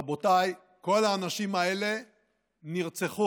רבותיי, כל האנשים האלה נרצחו.